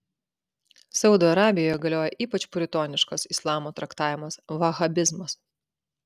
saudo arabijoje galioja ypač puritoniškas islamo traktavimas vahabizmas